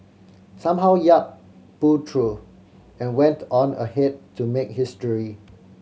somehow Yap pulled through and went on ahead to make history